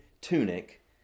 tunic